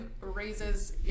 raises